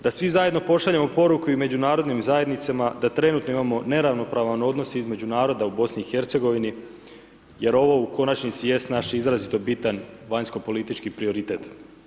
Da svi zajedno pošaljemo poruku međunarodnim zajednicama, da trenutno imamo neravnopravan odnos između naroda u BIH, jer ovo u konačnici jest naš izrazito bitan vanjsko politički prioritet.